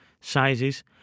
sizes